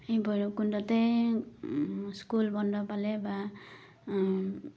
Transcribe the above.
এই ভৈৰৱকুণ্ডতেই স্কুল বন্ধ পালে বা